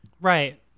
Right